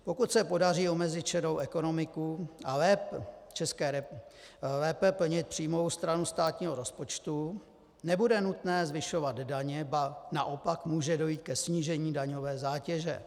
Pokud se podaří omezit šedou ekonomiku a lépe plnit příjmovou stranu státního rozpočtu, nebude nutné zvyšovat daně, ba naopak může dojít ke snížení daňové zátěže.